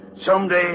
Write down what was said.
Someday